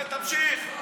תמשיך.